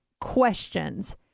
questions